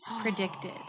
predicted